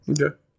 Okay